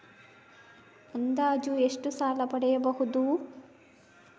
ಅಂದಾಜು ಎಷ್ಟು ಸಾಲ ಪಡೆಯಬಹುದು?